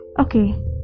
okay